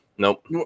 Nope